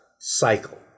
cycle